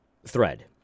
Thread